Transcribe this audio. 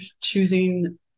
choosing